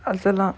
I feel not